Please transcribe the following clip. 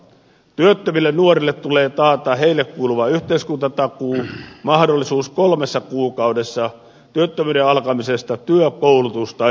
työttömille nuorille tulee taata heille kuuluva yhteiskuntatakuu mahdollisuus kolmessa kuukaudessa työttömyyden alkamisesta työ koulutus tai harjoittelupaikkaan